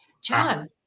John